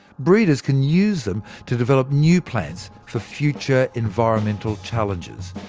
breeders can use them to develop new plants for future environmental challenges.